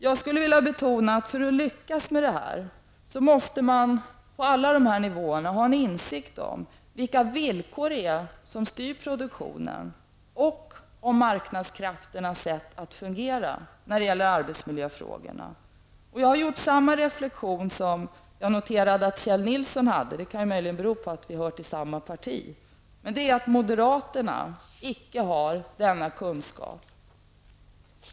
Jag skulle vilja betona att man för att lyckas med detta måste på alla dessa nivåer ha en insikt om vilka villkor som styr produktionen och om marknadskrafternas sätt att fungera i arbetsmiljöfrågorna. Jag har gjort samma reflexion som jag noterade att Kjell Nilsson gjorde -- det kan möjligen bero på att vi tillhör samma parti -- nämligen att moderaterna icke har denna kunskap.